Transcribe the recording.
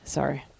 Sorry